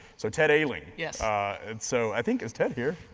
so ted ah alling. yeah ah and so i think, is ted here?